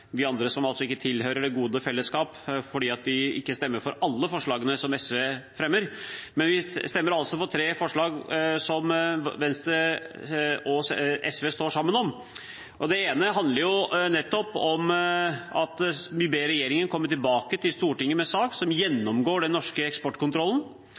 altså ikke tilhører det gode fellesskap fordi de ikke vil stemme for alle forslagene som SV fremmer – som bl.a. Venstre og SV står sammen om. Det ene handler nettopp om at vi «ber regjeringen komme tilbake til Stortinget med en sak som